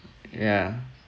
yeah